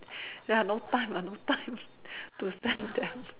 ya no time ah no time to send them